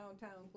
downtown